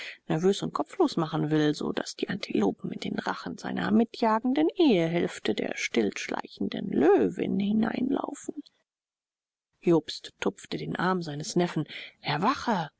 nervös und kopflos machen will so daß die antilopen in den rachen seiner mitjagenden ehehälfte der still schleichenden löwin hineinlaufen jobst tupfte den arm seines neffen erwache